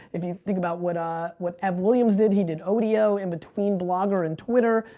if you think about what ah what ev williams did, he did odeo in between blogger and twitter.